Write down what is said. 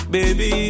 Baby